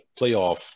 playoff